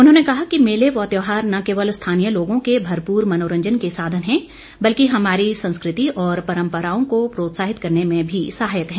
उन्होंने कहा कि मेले व त्यौहार न केवल स्थानीय लोगों के भरपूर मनोरंजन के साधन हैं बल्कि हमारी संस्कृति व परंपराओं को प्रोत्साहित करने में भी सहायक है